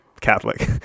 catholic